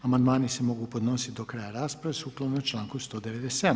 Amandmani se mogu podnositi do kraja rasprave sukladno članku 197.